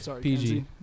PG